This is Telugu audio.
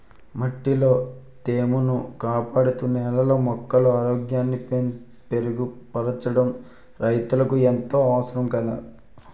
మట్టిలో తేమను కాపాడుతూ, నేలలో మొక్కల ఆరోగ్యాన్ని మెరుగుపరచడం రైతులకు ఎంతో అవసరం కదా